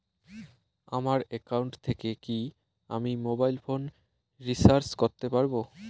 আমার একাউন্ট থেকে কি আমি মোবাইল ফোন রিসার্চ করতে পারবো?